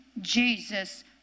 Jesus